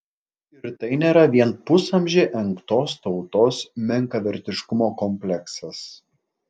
ir tai nėra vien pusamžį engtos tautos menkavertiškumo kompleksas